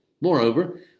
Moreover